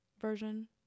version